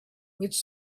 which